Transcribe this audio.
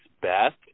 best